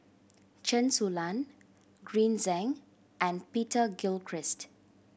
Chen Su Lan Green Zeng and Peter Gilchrist